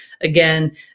Again